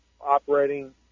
operating